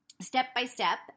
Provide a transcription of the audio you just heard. step-by-step